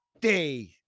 day